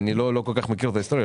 אני לא כל כך מכיר את ההיסטוריה,